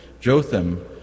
Jotham